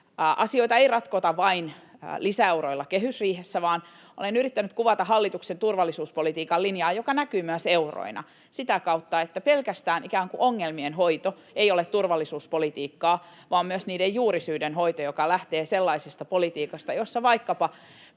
Asioita ei ratkota vain lisäeuroilla kehysriihessä, vaan olen yrittänyt kuvata hallituksen turvallisuuspolitiikan linjaa — joka näkyy myös euroina — sitä kautta, että pelkästään ikään kuin ongelmien hoito ei ole turvallisuuspolitiikkaa, vaan myös niiden juurisyiden hoito, joka lähtee sellaisesta politiikasta, jossa vaikkapa